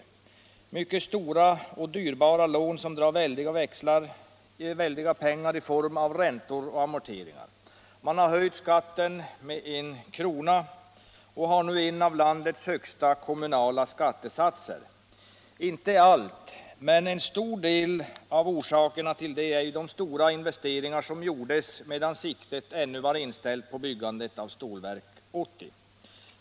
Kommunen har mycket stora och dyrbara lån som drar väldiga summor i form av räntor och amorteringar. Man har höjt skatten med 1 kr. och har nu en av landets högsta kommunala skattesatser. Inte hela men en stor del av orsaken till detta är de stora investeringar som gjordes medan siktet ännu var inställt på byggandet av Stålverk 80.